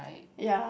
ya